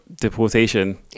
deportation